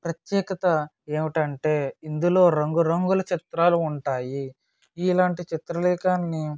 ప్రత్యేకత ఏమిటంటే ఇందులో రంగురంగుల చిత్రాలు ఉంటాయి ఇలాంటి చిత్రలేఖలు